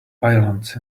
violence